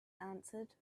answered